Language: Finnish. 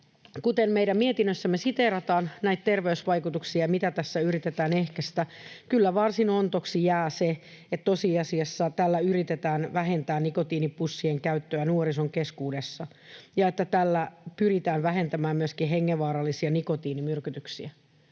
kuten meidän mietinnössämme siteerataan näitä terveysvaikutuksia, mitä tässä yritetään ehkäistä, kyllä varsin ontoksi jää se, että tosiasiassa tällä yritettäisiin vähentää nikotiinipussien käyttöä nuorison keskuudessa ja että tällä pyrittäisiin vähentämään myöskin hengenvaarallisia nikotiinimyrkytyksiä.